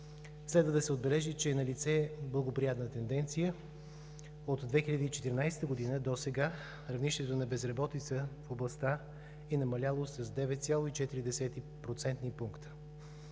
Следва да се отбележи, че е налице благоприятна тенденция. От 2014 г. досега равнището на безработица в областта е намаляло с 9,4 процентни